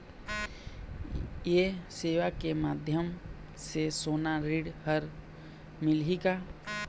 ये सेवा के माध्यम से सोना ऋण हर मिलही का?